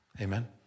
Amen